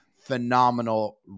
Phenomenal